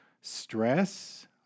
stress